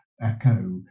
echo